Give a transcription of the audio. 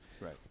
Right